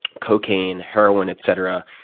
cocaine, heroin, et cetera,